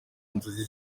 inzozi